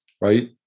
right